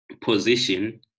position